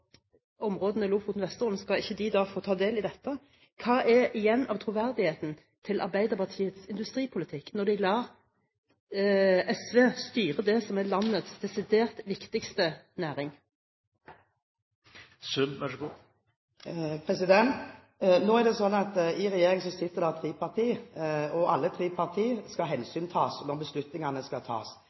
områdene i Lofoten og Vesterålen få ta del i dette? Hva er det igjen av troverdigheten til Arbeiderpartiets industripolitikk når de lar SV styre det som er landets desidert viktigste næring? Nå er det slik at i regjeringen sitter det tre partier, og alle tre partier skal tas hensyn til når beslutningene skal tas.